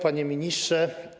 Panie Ministrze!